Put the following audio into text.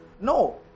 No